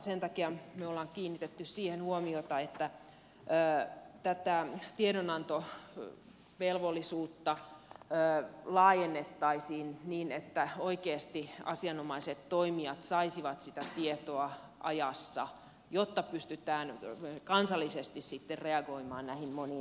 sen takia me olemme kiinnittäneet siihen huomiota että tätä tiedonantovelvollisuutta laajennettaisiin niin että oikeasti asianomaiset toimijat saisivat sitä tietoa ajassa jotta pystytään kansallisesti sitten reagoimaan näihin moniin asioihin